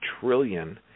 trillion